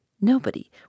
Nobody